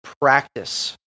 practice